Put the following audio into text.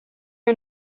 are